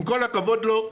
עם כל הכבוד לו,